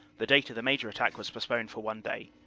the date of the major attack was post poned for one day,